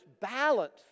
balance